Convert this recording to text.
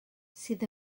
sydd